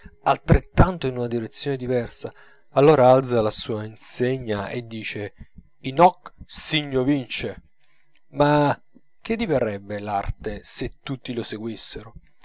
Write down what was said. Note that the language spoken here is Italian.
altrettanto in una direzione diversa allora alza la sua insegna e dice in hoc signo vinces ma che diverrebbe l'arte se tutti lo seguissero